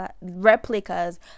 replicas